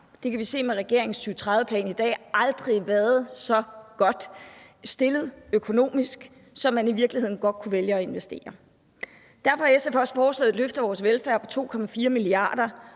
det kan vi i dag se med regeringens 2030-plan – aldrig været så godt stillet økonomisk. Så man kunne i virkeligheden godt vælge at investere. Derfor har SF også foreslået et løft af vores velfærd for 2,4 mia. kr.